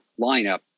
lineup